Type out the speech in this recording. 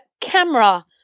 camera